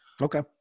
Okay